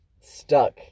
stuck